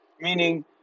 Meaning